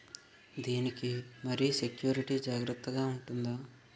దీని కి మరి సెక్యూరిటీ జాగ్రత్తగా ఉంటుందా?